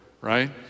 right